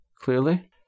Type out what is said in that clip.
clearly